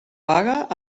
vaga